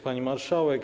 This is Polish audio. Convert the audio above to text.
Pani Marszałek!